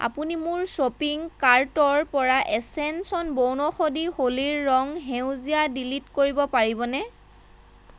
আপুনি মোৰ শ্বপিং কাৰ্টৰপৰা এচেঞ্চন বনৌষধি হোলীৰ ৰং সেউজীয়া ডিলিট কৰিব পাৰিবনে